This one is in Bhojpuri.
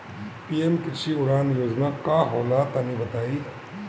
पी.एम कृषि उड़ान योजना का होला तनि बताई?